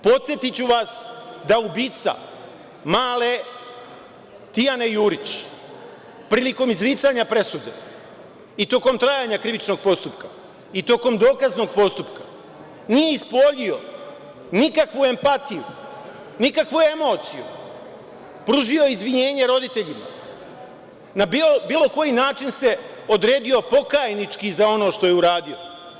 Podsetiću vas da ubica male Tijane Jurić prilikom izricanja presude i tokom trajanja krivičnog postupka i tokom dokaznog postupka nije ispoljio nikakvu empatiju, nikakvu emociju, pružio izvinjenje roditeljima, na bilo koji način se odredio pokajnički za ono što je uradio.